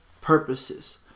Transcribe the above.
purposes